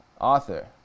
Author